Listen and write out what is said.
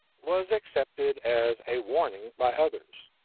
was accepted as a warning by others.